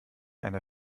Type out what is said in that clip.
einer